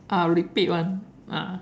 uh repeat [one]